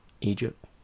Egypt